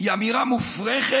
היא אמירה מופרכת,